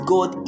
God